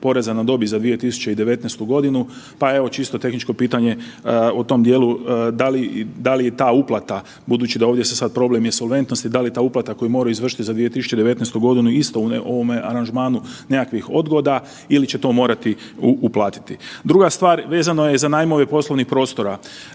poreza na dobit za 2019. godinu pa evo čisto tehničko pitanje u tom dijelu da li i ta uplata, budući da ovdje se sad problem insolventnosti, da li ta uplata koju moraju izvršiti za 2019. godinu isto u ovome aranžmanu nekakvih odgoda ili će to morati uplatiti. Druga stvar, vezano je za najmove poslovnih prostora,